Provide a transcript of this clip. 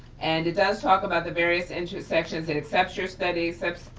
and it does talk about the various intersections and accepts your studies of